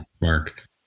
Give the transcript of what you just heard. Mark